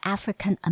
African